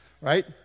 Right